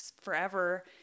forever